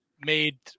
made